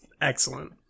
excellent